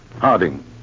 Harding